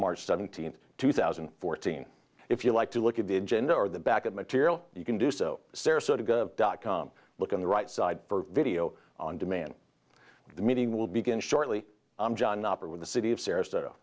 march seventeenth two thousand and fourteen if you like to look at the engine or the back of material you can do so sarasota dot com look on the right side for video on demand the meeting will begin shortly i'm john operate with the city of sarasota